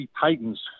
Titans